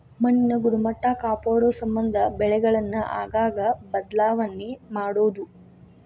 ಮಣ್ಣಿನ ಗುಣಮಟ್ಟಾ ಕಾಪಾಡುಸಮಂದ ಬೆಳೆಗಳನ್ನ ಆಗಾಗ ಬದಲಾವಣೆ ಮಾಡುದು